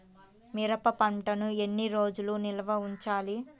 మిరప పంటను ఎన్ని రోజులు నిల్వ ఉంచాలి?